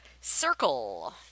Circle